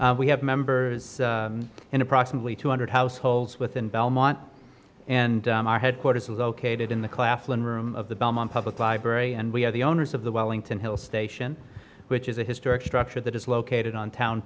history we have members in approximately two hundred households within belmont and our headquarters located in the class one room of the belmont public library and we are the owners of the wellington hill station which is a historic structure that is located on town